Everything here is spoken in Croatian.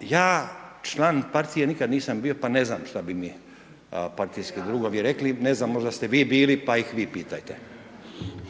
ja član partije nikad nisam bio pa ne znam šta bi mi partijski drugovi rekli, ne znam možda ste vi bili pa ih vi pitajte. **Radin, Furio